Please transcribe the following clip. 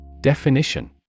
Definition